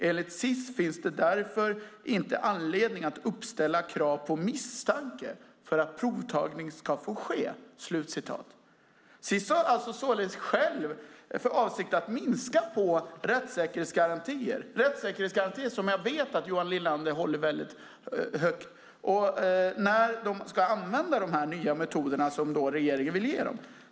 Enligt SiS finns därför inte anledning att uppställa krav på misstanke för att provtagning ska få ske." Sis har således själva för avsikt att minska på rättssäkerhetsgarantier, rättssäkerhetsgarantier som jag vet att Johan Linander håller väldigt högt, när de ska använda de nya metoderna som regeringen vill ge dem.